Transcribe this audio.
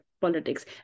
politics